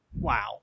wow